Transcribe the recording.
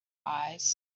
eyes